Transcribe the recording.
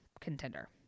contender